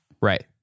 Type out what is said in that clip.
Right